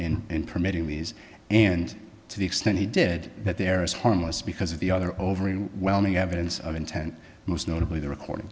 and in permitting these and to the extent he did that there is harmless because of the other overwhelming evidence of intent most notably the recording